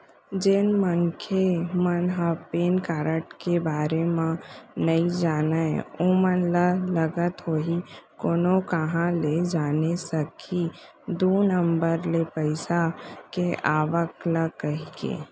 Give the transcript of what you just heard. जेन मनखे मन ह पेन कारड के बारे म नइ जानय ओमन ल लगत होही कोनो काँहा ले जाने सकही दू नंबर ले पइसा के आवक ल कहिके